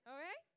Okay